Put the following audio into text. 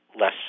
less